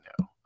no